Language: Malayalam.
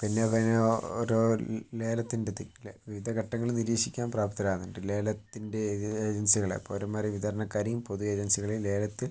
പിന്നെ പിന്നെ ഒരു ലേലത്തിൻ്റെ എത്തി വിവിധ ഘട്ടങ്ങളിൽ നിരീക്ഷിക്കാൻ പ്രാപ്തരാവുന്നുണ്ട് ലേലത്തിൻ്റെ ഏജൻസികളെ പൗരന്മാരെയും വിതരണക്കാരെയും പൊതു ഏജൻസികളെയും ലേലത്തിൽ